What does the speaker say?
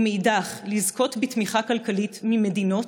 ומאידך לזכות בתמיכה כלכלית ממדינות,